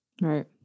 Right